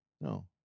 No